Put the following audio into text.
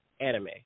anime